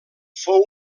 fou